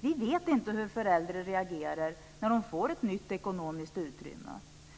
Vi vet inte hur föräldrar reagerar när de får ett nytt ekonomiskt utrymme,